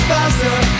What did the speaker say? Faster